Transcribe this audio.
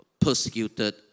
persecuted